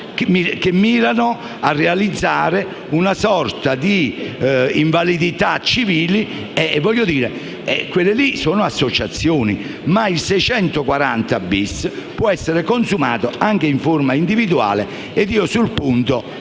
che mirano a realizzare una sorta di invalidità civili. Ebbene, quelle sono associazioni, ma il 640-*bis* può essere consumato anche in forma individuale. Sul punto,